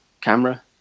camera